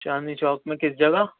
چاندنی چوک میں کس جگہ